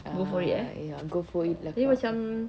ah ya go for it lah kak